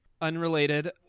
Unrelated